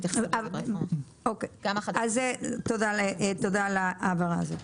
תודה על ההבהרה הזאת.